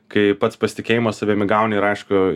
kai pats pasitikėjimo savim įgauni ir aišku